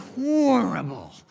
horrible